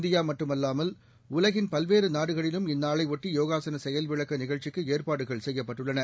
India மட்டுமல்லாமல் உலகின் பல்வேறு நாடுகளிலும் இந்நாளை ஒட்டி யோகாசன செயல்விளக்க நிகழ்ச்சிக்கு ஏற்பாடுகள் செய்யப்பட்டுள்ளன